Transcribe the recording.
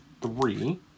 three